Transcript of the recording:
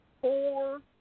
Four